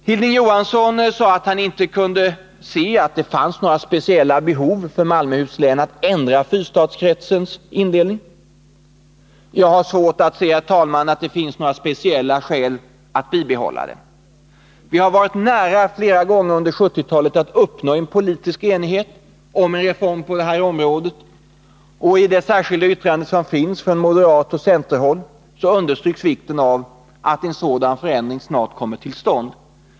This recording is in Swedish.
Hilding Johansson sade att han inte kunde se att det fanns några speciella behov för Malmöhus län att ändra fyrstadskretsens indelning. Jag har svårt att se att det finns några speciella skäl för att bibehålla den. Vi har flera gånger under 1970-talet varit nära att uppnå en politisk enighet om en reform på detta område, och i det särskilda yttrandet från moderat och centerpartistiskt håll understryks vikten av att en sådan förändring snart kommer till stånd.